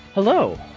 Hello